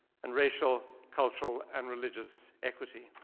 and racial, cultural, and religious equity.